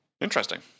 Interesting